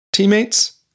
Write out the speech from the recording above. teammates